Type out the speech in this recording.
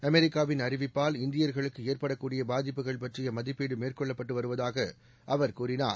அமெரிக்காவின் அறிவிப்பால் இந்தியர்களுக்கு ஏற்படக் கூடிய பாதிப்புகள் பற்றிய மதிப்பீடு மேற்கொள்ளப்பட்டு வருவதாக அவர் கூறினார்